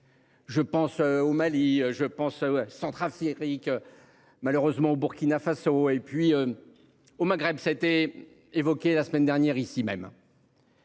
Je pense au Mali. Je pense ouais Centrafrique. Malheureusement au Burkina Faso et puis. Au Maghreb, ça été évoqué la semaine dernière ici même.